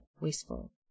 wasteful